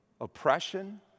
oppression